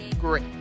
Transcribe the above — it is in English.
great